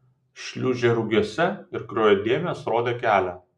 šliūžė rugiuose ir kraujo dėmės rodė kelią